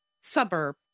suburb